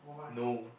no